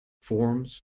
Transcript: forms